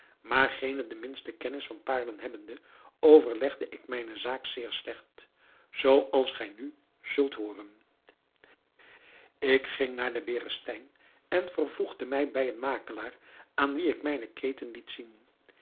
maar geene de minste kennis van paarlen hebbende overlegde ik mijne zaak zeer slecht zoo als gij nu zult hooren ik ging naar den berestein en vervoegde mij bij een makelaar aan wien ik mijne keten liet zien